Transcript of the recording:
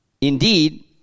Indeed